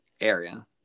area